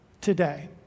today